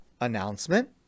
announcement